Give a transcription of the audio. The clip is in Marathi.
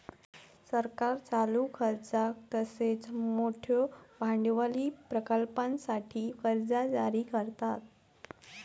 सरकार चालू खर्चाक तसेच मोठयो भांडवली प्रकल्पांसाठी कर्जा जारी करता